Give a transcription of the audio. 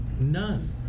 none